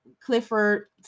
Clifford